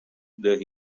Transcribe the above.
there